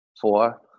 four